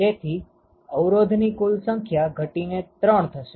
તેથી અવરોધની કુલ સંખ્યા ઘટીને 3 થશે